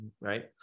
right